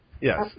Yes